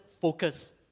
focus